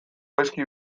gaizki